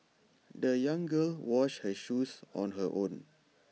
the young girl washed her shoes on her own